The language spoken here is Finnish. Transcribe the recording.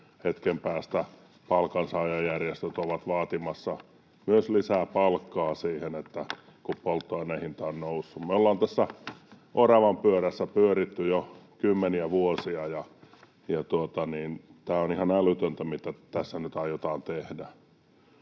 hetken päästä palkansaajajärjestöt ovat vaatimassa myös lisää palkkaa, kun polttoaineen hinta on noussut. Me olemme tässä oravanpyörässä pyöritty jo kymmeniä vuosia, ja tämä on ihan älytöntä, mitä tässä nyt aiotaan tehdä.